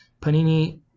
Panini